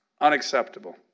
unacceptable